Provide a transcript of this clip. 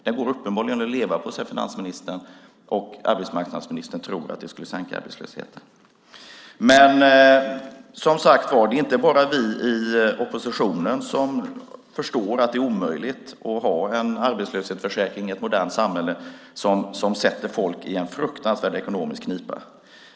Den går uppenbarligen att leva på, säger finansministern, och arbetsmarknadsministern tror att det skulle minska arbetslösheten. Men det är, som sagt var, inte bara vi i oppositionen som förstår att det är omöjligt i ett modernt samhälle att ha en arbetslöshetsförsäkring som sätter folk i en fruktansvärd ekonomisk knipa.